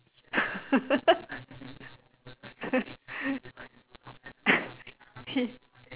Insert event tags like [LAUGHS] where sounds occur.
[LAUGHS]